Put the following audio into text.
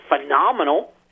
phenomenal